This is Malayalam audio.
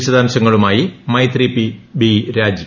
വിശദാംശങ്ങളുമായി മൈത്രി ബി രാജി